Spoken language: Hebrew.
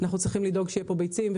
אנחנו צריכים לדאוג שתמיד יהיו כאן ביצים,